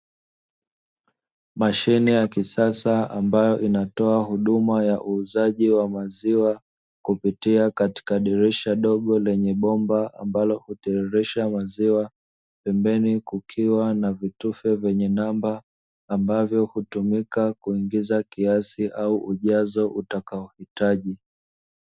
Mashine ya kisasa ambayo inatoa huduma ya uuzaji wa maziwa kupitia katika dirisha dogo lenye bomba ambalo hutiririsha maziwa, pembeni kukiwa na vitufe vyenye namba, ambavyo hutumika kuingiza kiasi au ujazo utakaohitaji.